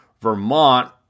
Vermont